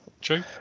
True